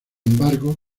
embargo